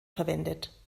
verwendet